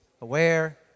aware